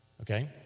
okay